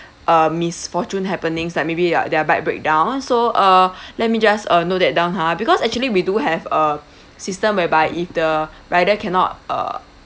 uh misfortune happenings like maybe like their bike break down so uh let me just uh note that down ha because actually we do have a system whereby if the rider cannot uh